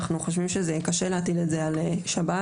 אנחנו חושבים שזה קשה להטיל את זה על שב"ס.